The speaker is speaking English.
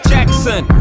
Jackson